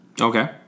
Okay